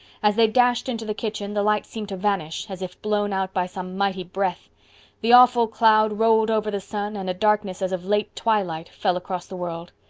as they dashed into the kitchen the light seemed to vanish, as if blown out by some mighty breath the awful cloud rolled over the sun and a darkness as of late twilight fell across the world.